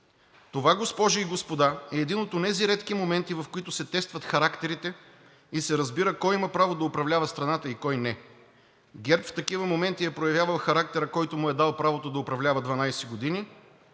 Това, госпожи и господа, е един от онези редки моменти, в които се тестват характерите и се разбира кой има право да управлява страната и кой не. ГЕРБ в такива моменти е проявявал характера, който му е дал правото да управлява 12 години,